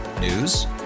News